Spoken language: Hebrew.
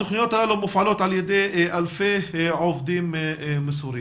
התוכניות האלו מופעלות על ידי אלפי עובדים מסורים.